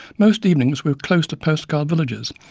most evenings we were close to post-card villages,